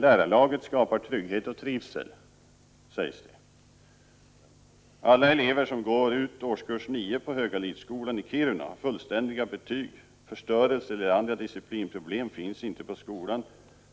Lärarlaget skapar trygghet och trivsel, sägs det. Alla elever som går ut årskurs 9 i Högalidsskolan i Kiruna har fullständiga betyg. Förstörelse eller andra disciplinproblem finns inte på skolan,